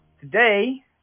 Today